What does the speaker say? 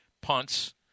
punts